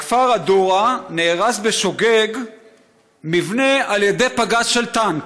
בכפר א-דווא נהרס בשוגג מבנה על ידי פגז של טנק.